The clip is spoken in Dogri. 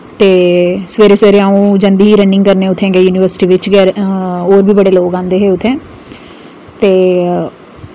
ते सवेरे सवेरे अ'ऊं जंदी ही रनिंग करने उत्थै गै यूनिवर्सिटी बिच गै होर बी बड़े लोक औंदे हे उत्थै ते